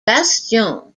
bastion